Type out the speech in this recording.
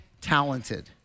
talented